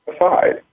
aside